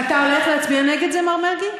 אתה הולך להצביע נגד זה, מר מרגי?